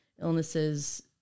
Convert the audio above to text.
illnesses